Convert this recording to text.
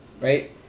right